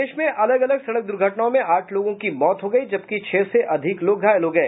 प्रदेश में अलग अलग सड़क द्र्घटनाओं में आठ लोगों की मौत हो गयी जबकि छह से अधिक लोग घायल हो गये